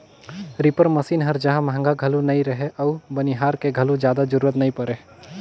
reaper machine हर जहां महंगा घलो नई रहें अउ बनिहार के घलो जादा जरूरत नई परे